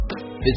Visit